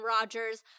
Rogers